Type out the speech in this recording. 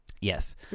Yes